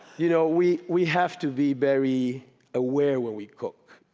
you know we we have to be very aware when we cook.